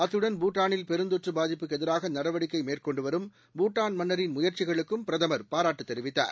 அத்துடன் பூடானில் பெருந்தொற்று பாதிப்புக்கு எதிராக நடவடிக்கை மேற்கொண்டுவரும் பூடான் மன்னரின் முயற்சிகுளுக்கும் பிரதமர் பாராட்டு தெரிவித்தார்